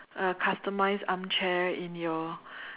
uh customized armchair in your